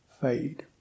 fade